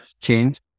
change